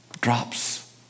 drops